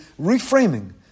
Reframing